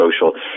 social